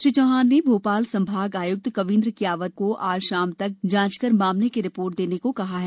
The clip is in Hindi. श्री चौहान ने भोपाल संभाग आय्क्त कवींद्र कियावत को आज शाम तक जांच कर मामले की रिपोर्ट देने को कहा है